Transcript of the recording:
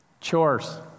chores